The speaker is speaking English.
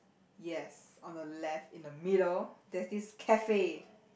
yes on the left in the middle there's this cafe